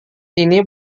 ini